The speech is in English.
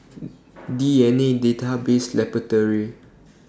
D N A Database Laboratory